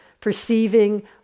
perceiving